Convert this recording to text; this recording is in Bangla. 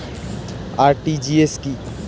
আর.টি.জি.এস কি?